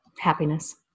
Happiness